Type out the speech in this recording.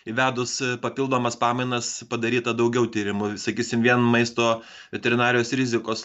įvedus papildomas pamainas padaryta daugiau tyrimų sakysim vien maisto veterinarijos rizikos